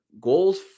goals